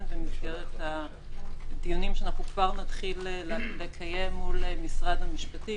במסגרת הדיונים שאנחנו כבר נתחיל לקיים מול משרד המשפטים,